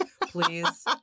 please